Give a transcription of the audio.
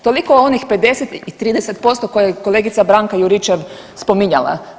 Toliko o onih 50 i 30% koje je kolegica Branka Juričev spominjala.